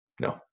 No